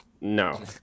No